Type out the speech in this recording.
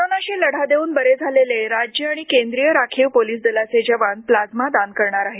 कोरोनाशी लढा देऊन बरे झालेले राज्य आणि केंद्रीय राखीव पोलीस दलाचे जवान प्लाझ्मा दान करणार आहेत